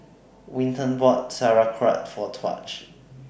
Winton bought Sauerkraut For Tahj